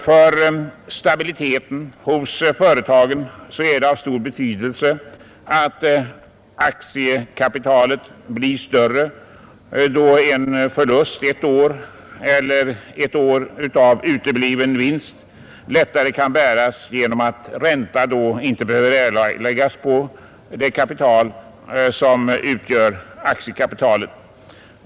För stabiliteten hos företagen är det av stor betydelse att aktiekapitalet blir större, då en förlust ett år eller ett år av utebliven vinst lättare kan bäras genom att ränta då inte behöver erläggas på det kapital som utgör aktiekapitalet.